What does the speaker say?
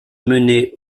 menait